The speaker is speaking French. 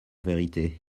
vérité